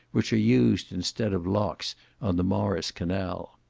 which are used instead of locks on the morris canal.